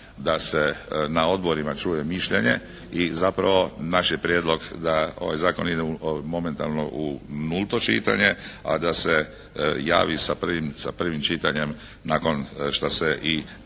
da se na odborima čuje mišljenje i zapravo naš je prijedlog da ovaj zakon ide u momentalno u nulto čitanje, a da se javi sa prvim, sa prvim čitanjem nakon što se i